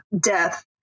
death